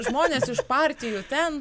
žmonės iš partijų ten